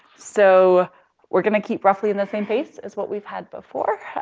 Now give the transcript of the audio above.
so we're gonna keep roughly in the same pace as what we've had before.